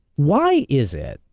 why is it.